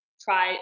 try